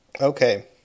Okay